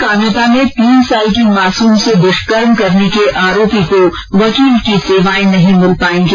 कानोता में तीन साल की मासूम से दुष्कर्म करने के आरोपी को वकील की सेवाएं नहीं मिल पाएंगी